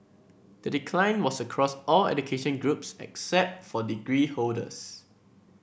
the decline was across all education groups except for degree holders